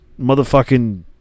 Motherfucking